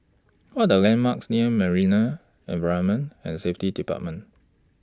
What Are The landmarks near Marine Environment and Safety department